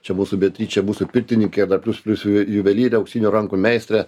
čia mūsų beatričė mūsų pirtininkė dar plius plius juvelyrė auksinių rankų meistrė